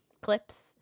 clips